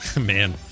man